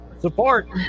Support